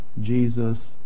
Jesus